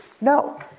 No